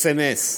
סמ"ס.